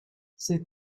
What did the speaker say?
ces